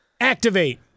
activate